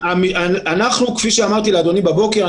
כפי שאמרתי לאדוני בבוקר,